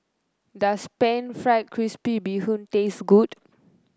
does pan fried crispy Bee Hoon taste good